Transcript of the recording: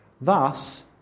Thus